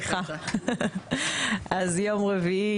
יום רביעי,